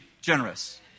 generous